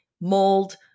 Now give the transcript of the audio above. Mold